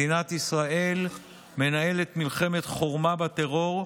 מדינת ישראל מנהלת מלחמת חורמה בטרור,